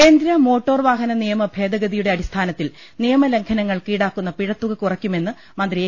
കേന്ദ്ര മോട്ടോർവാഹന നിയമ ഭേദഗതിയുടെ അടിസ്ഥാ നത്തിൽ നിയമലംഘനങ്ങൾക്ക് ഈടാക്കുന്ന പിഴത്തുക കുറയ്ക്കുമെന്ന് മന്ത്രി എ